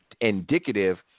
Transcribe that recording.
indicative